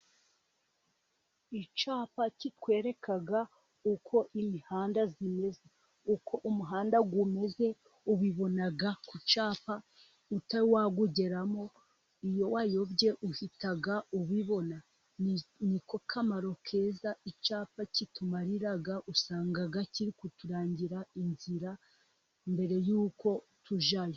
Icyapa kikwereka uko imihanda imeze, uko umuhanda umeze, ubibona ku cyapa, utari wawugeramo iyo wayobye uhita ubibona, niko kamaro keza icyapa kitumarira, usanga kiri kuturangira inzira, mbere y'uko tujyayo.